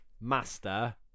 master